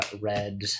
red